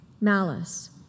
malice